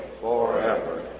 forever